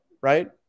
Right